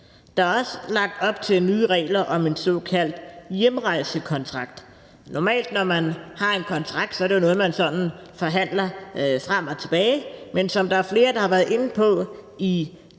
Der er også lagt op til nye regler om en såkaldt hjemrejsekontrakt. Normalt, når man har en kontrakt, er det jo noget, man sådan forhandler frem og tilbage, men som flere har været inde på i